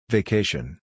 Vacation